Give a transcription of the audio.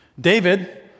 David